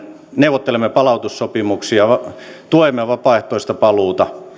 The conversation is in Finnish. neuvottelemme palautussopimuksia tuemme vapaaehtoista paluuta mutta